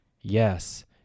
Yes